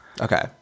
okay